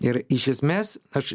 ir iš esmės aš